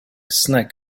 snack